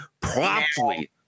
promptly